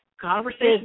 conversation